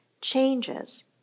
changes